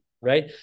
right